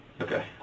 Okay